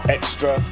Extra